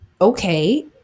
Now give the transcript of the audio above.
okay